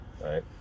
right